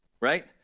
right